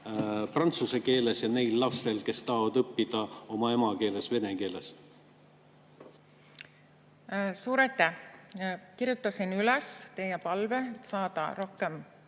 prantsuse keeles, ja neil lastel, kes tahavad õppida oma emakeeles, vene keeles? Suur aitäh! Kirjutasin üles teie palve saada rohkem